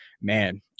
man